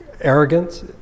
arrogance